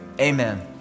amen